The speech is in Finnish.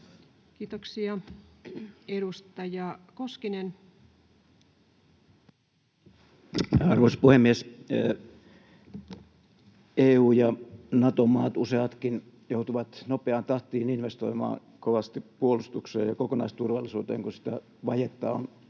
Kiitoksia. — Edustaja Koskinen. Arvoisa puhemies! EU- ja Nato-maat, useatkin, joutuvat nopeaan tahtiin investoimaan kovasti puolustukseen ja kokonaisturvallisuuteen, kun sitä vajetta on